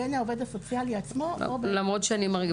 בין העובד הסוציאלי עצמו או ב- -- למרות שאני,